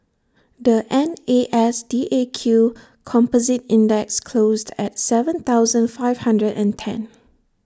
the N A S D A Q composite index closed at Seven thousand five hundred and ten